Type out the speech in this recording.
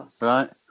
Right